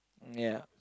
ya